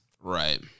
Right